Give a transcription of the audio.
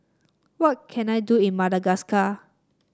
what can I do in Madagascar